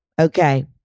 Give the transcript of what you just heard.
okay